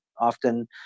often